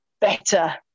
better